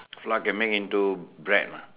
flour can make into bread lah